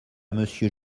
monsieur